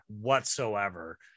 whatsoever